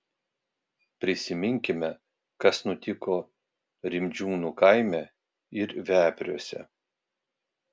prisiminkime kas nutiko rimdžiūnų kaime ir vepriuose